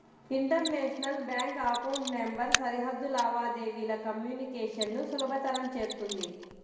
international bank account number సరిహద్దు లావాదేవీల communication ను సులభతరం చేత్తుంది